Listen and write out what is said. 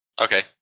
Okay